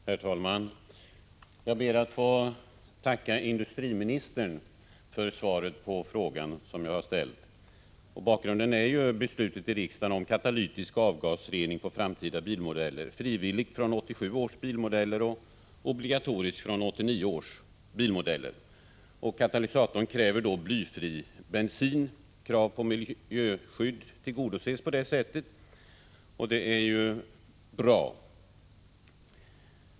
Herr talman! Jag ber att få tacka industriministern för svaret på frågan. Bakgrunden är ju beslutet i riksdagen om katalytisk avgasrening på framtida bilmodeller, frivilligt från 1987 års modeller och obligatoriskt från 1989 års. Till bilar med katalysatorrening krävs blyfri bensin. Krav på miljöskydd tillgodoses på det sättet, och det är bra.